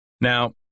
Now